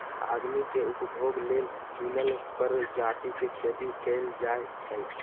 आदमी के उपभोग लेल चुनल परजाती के खेती कएल जाई छई